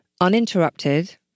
uninterrupted